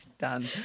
done